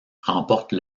remporte